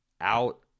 out